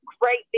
great